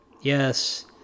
yes